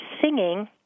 singing